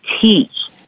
teach